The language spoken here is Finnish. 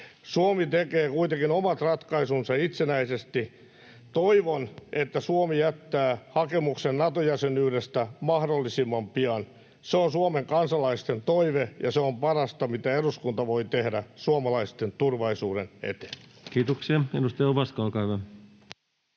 Suomi tekee kuitenkin omat ratkaisunsa itsenäisesti. Toivon, että Suomi jättää hakemuksen Nato-jäsenyydestä mahdollisimman pian. Se on Suomen kansalaisten toive, ja se on parasta, mitä eduskunta voi tehdä suomalaisten turvallisuuden eteen. [Speech 113] Speaker: